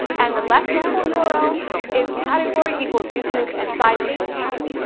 and the less useful yeah url is category equals youtube and size equals medium.